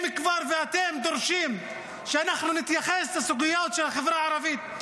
אם כבר אתם דורשים שאנחנו נתייחס לסוגיות של החברה הערבית,